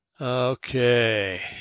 Okay